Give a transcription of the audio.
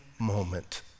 moment